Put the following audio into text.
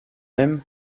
aime